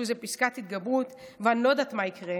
איזו פסקת התגברות ואני לא יודעת מה יקרה,